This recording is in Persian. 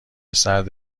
سرد